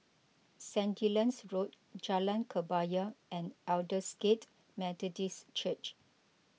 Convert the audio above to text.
Sandilands Road Jalan Kebaya and Aldersgate Methodist Church